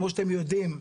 כמו שאתם יודעים,